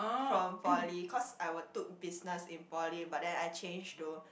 from poly cause I were took business in poly but then I change to